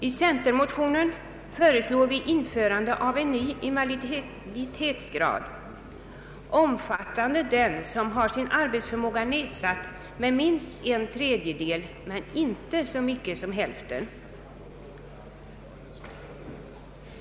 I centermotionen föreslår vi införande av en ny invaliditetsgrad, omfattande dem som har sin arbetsförmåga nedsatt med minst en tredjedel men inte så mycket som hälften.